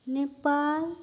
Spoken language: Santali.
ᱱᱮᱯᱟᱞ